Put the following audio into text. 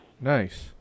Nice